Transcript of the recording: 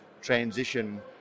transition